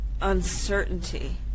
uncertainty